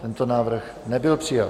Tento návrh nebyl přijat.